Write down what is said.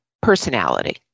personality